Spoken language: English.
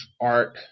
art